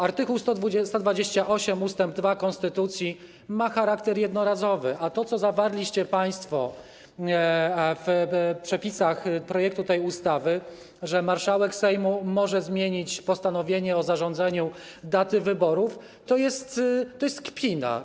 Art. 128 ust. 2 konstytucji ma charakter jednorazowy, a to, co zawarliście państwo w przepisach projektu tej ustawy, że marszałek Sejmu może zmienić postanowienie o zarządzeniu daty wyborów, to jest kpina.